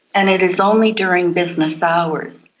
and it is only during business hours.